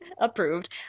Approved